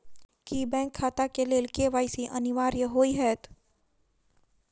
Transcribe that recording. की bank खाता केँ लेल के.वाई.सी अनिवार्य होइ हएत?